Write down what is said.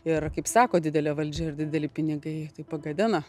ir kaip sako didelę valdžią ir dideli pinigai taip pagadina